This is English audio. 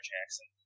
Jackson